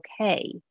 okay